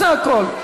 זה הכול.